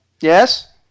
Yes